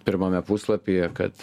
pirmame puslapyje kad